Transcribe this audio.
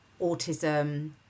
autism